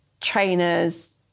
trainers